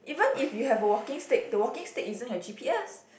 even if you have a walking stick the walking stick isn't your G_p_S